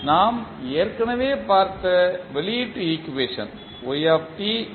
நாம் ஏற்கனவே பார்த்த வெளியீட்டு ஈக்குவேஷன் ஆகும்